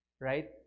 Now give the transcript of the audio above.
right